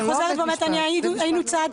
היינו צד.